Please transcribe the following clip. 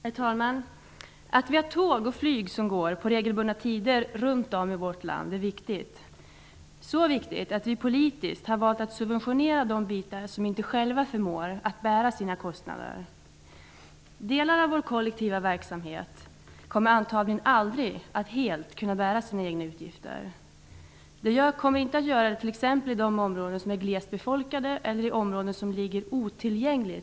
Herr talman! Att vi har tåg och flyg som går på regelbundna tider runt om i vårt land är viktigt. Det är så viktigt att vi genom politiska beslut har valt att subventionera de delar som inte själva förmår att bära sina kostnader. Delar av vår kollektiva verksamhet kommer antagligen aldrig att helt kunna bära sina egna utgifter. Det kommer inte att ske t.ex. i de områden som är glest befolkade eller otillgängliga för andra trafikslag.